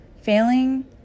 Failing